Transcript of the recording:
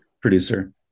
producer